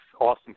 awesome